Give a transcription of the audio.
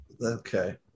okay